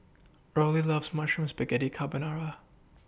Rollie loves Mushroom Spaghetti Carbonara